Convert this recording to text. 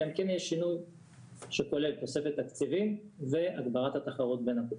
אלא אם כן יהיה שינוי שכולל תוספת תקציבים והגברת התחרות בין הקופות.